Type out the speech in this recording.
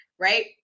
Right